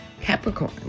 Capricorn